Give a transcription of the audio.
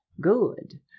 good